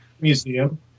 museum